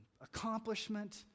accomplishment